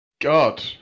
God